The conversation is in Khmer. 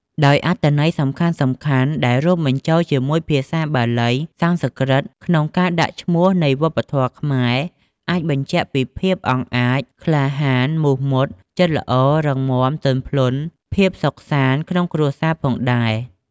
ដោយអត្ថន័យសំខាន់ៗដែលរួមបញ្ជូលជាមួយភាសាបាលី សំស្រ្កឹតក្នុងការដាក់ឈ្មោះនៃវប្បធម៌ខ្មែរ អាចបញ្ជាក់ពីភាពអង់អាច ក្លាហាន មុះមុត ចិត្តល្អ រឹងមាំ ទន់ភ្លន់ ភាពសុខសាន្តក្នុងគ្រួសារផងដែរ។